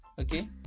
okay